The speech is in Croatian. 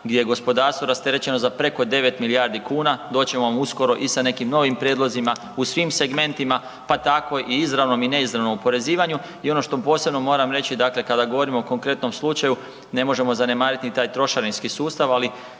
gdje je gospodarstvo rasterećeno za preko 9 milijardi kuna, doći ćemo vam uskoro i sa nekim novim prijedlozima, u svim segmentima pa tako i izravnom i neizravnom oporezivanju i ono što posebno moram reći, dakle kada govorim o konkretnom slučaju, ne možemo zanemariti ni taj trošarinski sustav ali